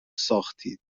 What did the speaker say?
ساختید